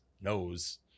knows